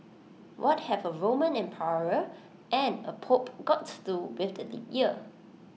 what have A Roman emperor and A pope got to do with the leap year